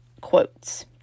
quotes